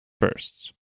bursts